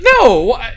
no